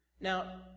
Now